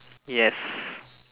yes